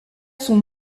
son